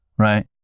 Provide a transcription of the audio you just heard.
Right